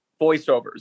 voiceovers